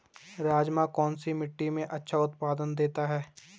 राजमा कौन सी मिट्टी में अच्छा उत्पादन देता है?